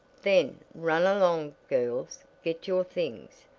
then run along, girls, get your things.